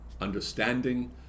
understanding